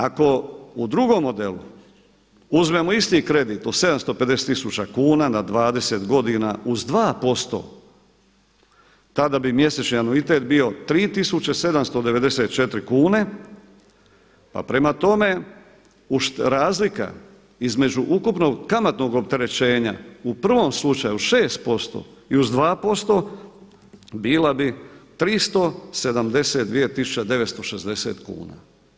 Ako u drugom modelu uzmemo isti kredit od 750 tisuća kuna na 20 godina uz 2% tada bi mjesečni anuitet bio 3794 kune, pa prema tome razlika između ukupnog kamatnog opterećenja u prvom slučaju 6% i uz 2% bila bi 372960 kuna.